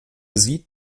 sieht